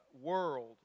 world